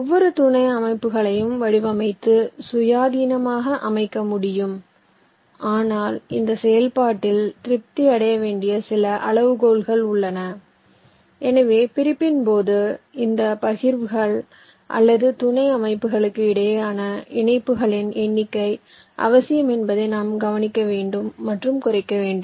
ஒவ்வொரு துணை அமைப்புகளையும் வடிவமைத்து சுயாதீனமாக அமைக்க முடியும் ஆனால் இந்த செயல்பாட்டில் திருப்தி அடைய வேண்டிய சில அளவுகோல்கள் உள்ளன எனவே பிரிப்பின் போது இந்த பகிர்வுகள் அல்லது துணை அமைப்புகளுக்கு இடையிலான இணைப்புகளின் எண்ணிக்கை அவசியம் என்பதை நாம் கவனிக்க வேண்டும் மற்றும் குறைக்க வேண்டும்